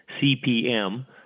CPM